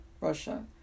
Russia